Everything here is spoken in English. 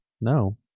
No